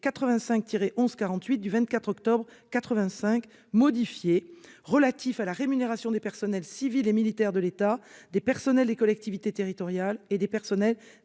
85-1148 du 24 octobre 1985 modifié relatif à la rémunération des personnels civils et militaires de l'État, des personnels des collectivités territoriales et des personnels